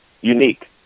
unique